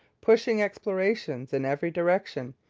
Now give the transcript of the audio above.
pushing explorations in every direction,